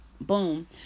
boom